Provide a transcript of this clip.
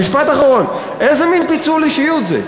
משפט אחרון: איזה מין פיצול אישיות זה?